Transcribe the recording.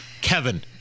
Kevin